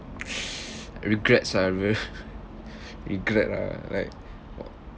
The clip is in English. regrets ah very regret ah like